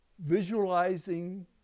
visualizing